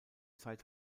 zeit